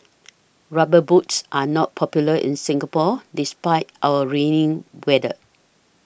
rubber boots are not popular in Singapore despite our rainy weather